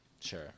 sure